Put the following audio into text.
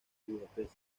budapest